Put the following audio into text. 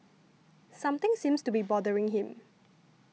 something seems to be bothering him